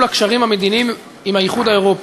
הקשרים המדיניים עם האיחוד האירופי.